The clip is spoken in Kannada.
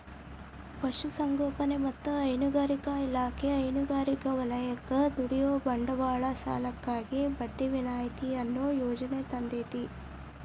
ಪಶುಸಂಗೋಪನೆ ಮತ್ತ ಹೈನುಗಾರಿಕಾ ಇಲಾಖೆ ಹೈನುಗಾರಿಕೆ ವಲಯಕ್ಕ ದುಡಿಯುವ ಬಂಡವಾಳ ಸಾಲಕ್ಕಾಗಿ ಬಡ್ಡಿ ವಿನಾಯಿತಿ ಅನ್ನೋ ಯೋಜನೆ ತಂದೇತಿ